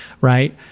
right